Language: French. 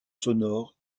sonore